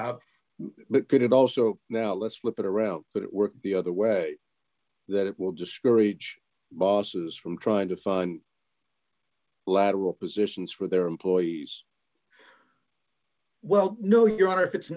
could it also now let's flip it around but it works the other way that it will discourage bosses from trying to find lateral positions for their employees well no your honor if it's